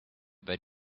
but